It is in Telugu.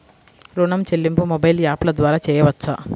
ఋణం చెల్లింపు మొబైల్ యాప్ల ద్వార చేయవచ్చా?